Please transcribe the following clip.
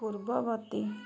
ପୂର୍ବବର୍ତ୍ତୀ